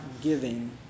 giving